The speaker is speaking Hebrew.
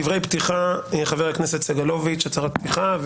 דברי פתיחה חבר הכנסת סגלוביץ', הצהרת פתיחה.